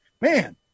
Man